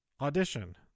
Audition